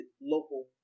local